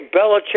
Belichick